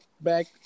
back